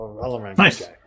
Nice